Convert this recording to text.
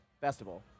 festival